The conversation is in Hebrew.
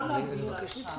לא להעביר.